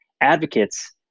advocates